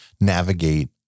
navigate